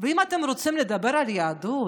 ואם אתם רוצים לדבר על יהדות,